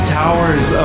towers